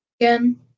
again